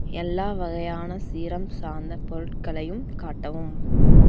எல்லா வகையான சீரம் சார்ந்த பொருட்களையும் காட்டவும்